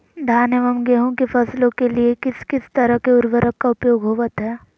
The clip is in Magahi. धान एवं गेहूं के फसलों के लिए किस किस तरह के उर्वरक का उपयोग होवत है?